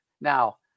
Now